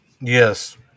Yes